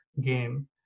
Game